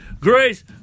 grace